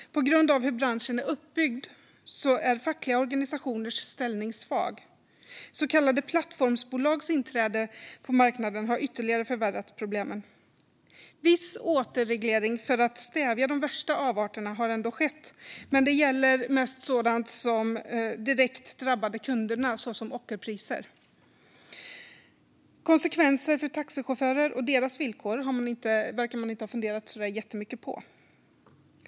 På grund av hur branschen är uppbyggd är fackliga organisationers ställning svag. Så kallade plattformsbolags inträde på marknaden har ytterligare förvärrat problemen. Viss återreglering för att stävja de värsta avarterna har skett, men den gäller mest sådant som direkt drabbade kunderna, såsom ockerpriser. Konsekvenser för taxichaufförer och deras villkor verkar man inte ha funderat så jättemycket på.